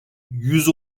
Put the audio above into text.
yüz